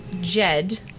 Jed